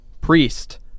Priest